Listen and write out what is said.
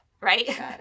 right